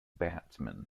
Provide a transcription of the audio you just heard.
batsman